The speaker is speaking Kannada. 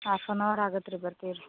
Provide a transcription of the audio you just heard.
ಹಾಫ್ ಅನ್ ಅವರ್ ಆಗತ್ತೆ ರೀ ಬರ್ತೀವಿ ರೀ